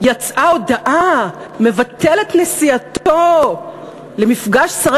יצאה הודעה: מבטל את נסיעתו למפגש שרי